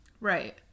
Right